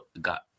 got